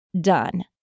done